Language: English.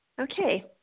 Okay